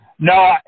No